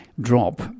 drop